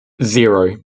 zero